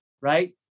right